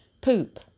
poop